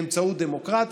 באמצעים דמוקרטיים,